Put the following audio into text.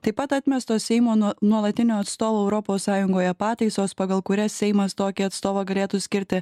taip pat atmestos seimo nuo nuolatinio atstovo europos sąjungoje pataisos pagal kurias seimas tokį atstovą galėtų skirti